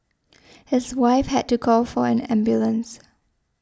his wife had to call for an ambulance